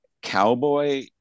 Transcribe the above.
cowboy